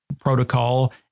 protocol